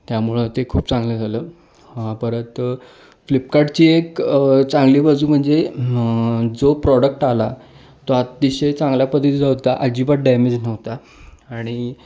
त्यामुळं ते खूप चांगलं झालं परत फ्लिपकार्टची एक चांगली बाजू म्हणजे जो प्रॉडक्ट आला तो अतिशय चांगल्या पद्धतीचा होता अजिबात डॅमेज नव्हता आणि